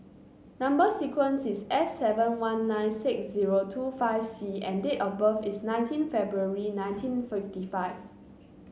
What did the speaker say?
number sequence is S seven one nine six zero two five C and date of birth is nineteen February nineteen fifty five